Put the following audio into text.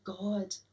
God